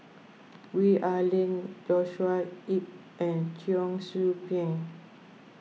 Gwee Ah Leng Joshua Ip and Cheong Soo Pieng